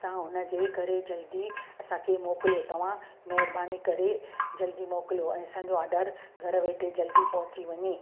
ता हुन जे करे जल्दी असांखे मोकिलियो तव्हां महिरबानी करे जल्दी मोकिलियो ऐं असांजो ऑडर घर वेठे जल्दी पहुची वञे